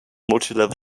multilevel